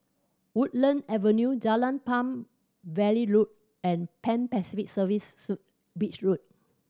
Woodlands Avenue Jalan Palm Valley Road and Pan Pacific Serviced Suite Beach Road